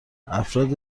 افراد